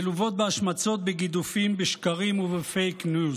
מלוות בהשמצות, בגידופים, בשקרים ובפייק ניוז,